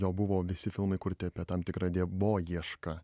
jo buvo visi filmai kurti apie tam tikrą dievoiešką